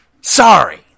Sorry